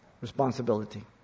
responsibility